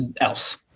else